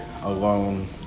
alone